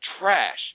trash